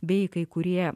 bei kai kurie